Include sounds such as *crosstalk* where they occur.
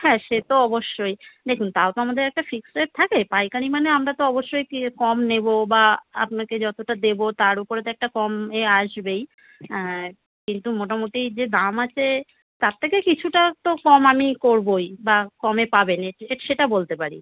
হ্যাঁ সে তো অবশ্যই দেখুন তাও তো আমাদের একটা ফিক্সড রেট থাকে পাইকারি মানে আমরা তো অবশ্যই কী কম নেব বা আপনাকে যতটা দেবো তার ওপরে তো একটা কম এ আসবেই কিন্তু মোটামুটি যে দাম আছে তার থেকে কিছুটা তো কম আমি করবই বা কমে পাবেন এ *unintelligible* সেটা বলতে পারি